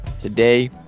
today